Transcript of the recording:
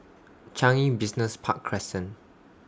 Changi Business Park Crescent